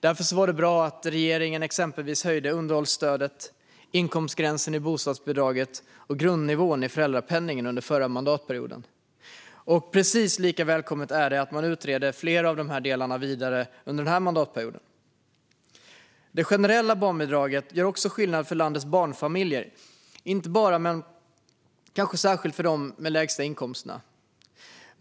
Därför var det bra att regeringen exempelvis höjde underhållsstödet, inkomstgränsen i bostadsbidraget och grundnivån i föräldrapenningen under förra mandatperioden. Precis lika välkommet är det att man utreder flera av de delarna vidare under den här mandatperioden. Det generella barnbidraget gör också skillnad för landets barnfamiljer - inte bara men kanske särskilt för dem med de lägsta inkomsterna.